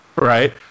right